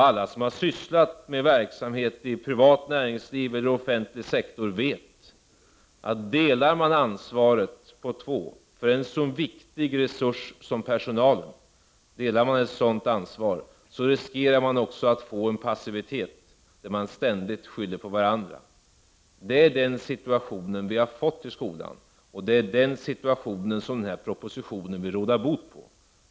Alla som har sysslat med verksamhet inom privat näringsliv eller offentlig sektor vet att man, om ansvaret för en så viktig resurs som personalen delas på två, riskerar att få en passivitet som gör att man ständigt skyller på varandra. Det är den situationen som vi nu har i skolan, och det är den situationen som propositionen vill råda bot på.